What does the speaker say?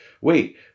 Wait